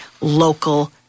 local